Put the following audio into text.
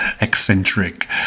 eccentric